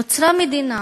נוצרה מדינה